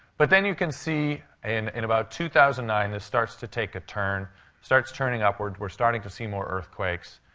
but then you can see, and in about two thousand and nine, this starts to take a turn starts turning upward. we're starting to see more earthquakes.